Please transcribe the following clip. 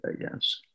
yes